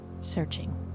Searching